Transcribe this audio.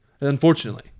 unfortunately